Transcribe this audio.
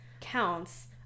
counts